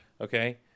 Okay